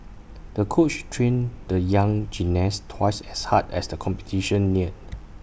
the coach trained the young gymnast twice as hard as the competition neared